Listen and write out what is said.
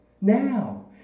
now